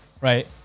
right